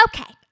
Okay